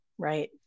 Right